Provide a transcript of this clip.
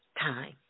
time